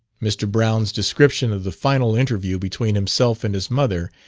mr. brown's description of the final interview between himself and his mother,